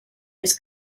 his